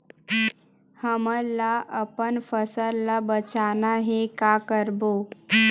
हमन ला अपन फसल ला बचाना हे का करबो?